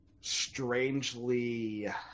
strangely